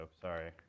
sorry